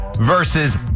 versus